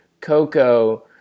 Coco